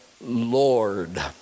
lord